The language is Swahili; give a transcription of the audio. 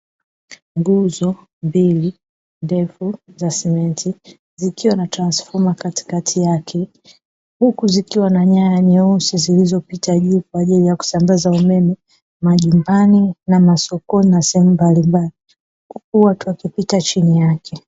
Nguo mbili ndefu za simenti zikiwa na transfoma katikati yake, huku zikiwa na nyaya nyeusi zilizopota juu kwa ajili ya kusambaza umeme: majumbani, sokoni na sehemu mbalimbali; huku watu wakipita chini yake.